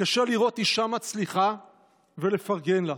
קשה לראות אישה מצליחה ולפרגן לה.